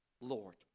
Lord